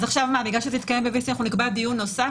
אז עכשיו בכלל שזה התקיים ב-VC נקבע דיון נוסף,